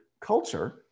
culture